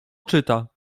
czyta